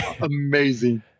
amazing